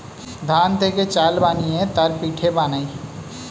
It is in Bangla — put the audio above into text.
ধান থেকে চাল বানিয়ে তার পিঠে বানায়